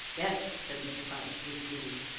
yes, said mr. fyshe to his committee,